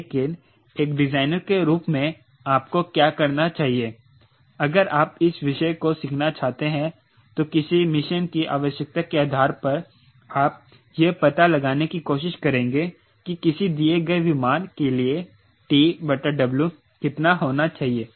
लेकिन एक डिजाइनर के रूप में आपको क्या करना चाहिए अगर आप इस विषय को सीखना चाहते हैं तो किसी मिशन की आवश्यकता के आधार पर आप यह पता लगाने की कोशिश करेंगे कि किसी दिए गए विमान के लिए TW कितना होना चाहिए